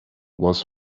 was